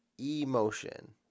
Emotion